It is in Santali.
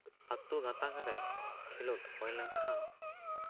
ᱟᱹᱛᱩ ᱜᱟᱛᱟᱠ ᱨᱮ ᱠᱷᱮᱞᱳᱰ ᱦᱳᱭ ᱞᱮᱱᱠᱷᱟᱱ